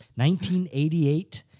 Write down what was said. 1988